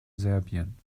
serbien